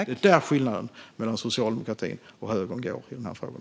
Det är där skillnaden mellan socialdemokratin och högern finns i dessa frågor.